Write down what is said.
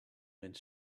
went